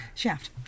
shaft